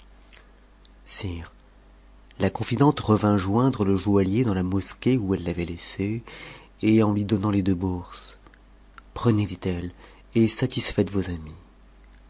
sire la confidente revint joindre le joaillier dans la mosquée où elle t'avait laissé et en lui donnant les deux bourses prenez dit-elle et satisfaites vos amis